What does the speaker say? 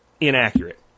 inaccurate